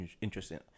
interesting